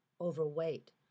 overweight